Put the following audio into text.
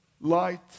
light